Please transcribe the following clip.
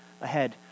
ahead